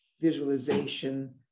visualization